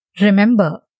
Remember